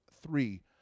three